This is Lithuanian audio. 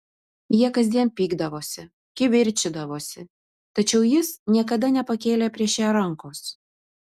jie kasdien pykdavosi kivirčydavosi tačiau jis niekada nepakėlė prieš ją rankos